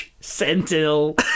Sentinel